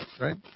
right